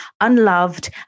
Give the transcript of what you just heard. unloved